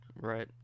Right